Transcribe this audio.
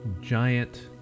giant